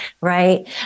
right